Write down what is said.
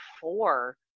four